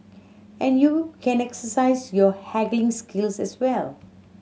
and you can exercise your haggling skills as well